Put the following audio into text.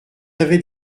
avaient